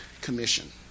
Commission